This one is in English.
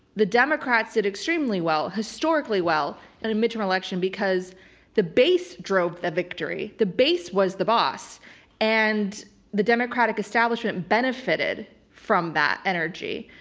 the democrats did extremely well, historically well, in and a midterm election because the base drove that victory. the base was the boss and the democratic establishment benefited from that energy.